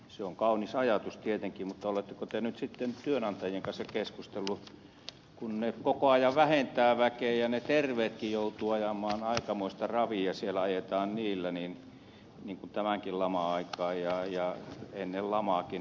se on kaunis ajatus tietenkin mutta oletteko te nyt sitten työnantajien kanssa keskustellut kun ne koko ajan vähentävät väkeä ja ne terveetkin joutuvat ajamaan aikamoista ravia niin tämänkin laman aikaan ja ennen lamaakin